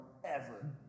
forever